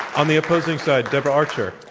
on the opposing side, deborah archer.